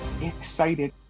excited